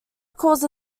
cause